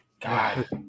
God